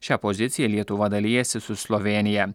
šią poziciją lietuva dalijasi su slovėnija